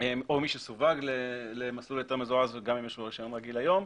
או מי שסווג למסלול היתר מזורז גם אם יש לו רישיון רגיל היום,